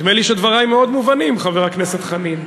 נדמה לי שדברי מאוד מובנים, חבר הכנסת חנין.